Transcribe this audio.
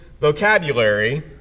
vocabulary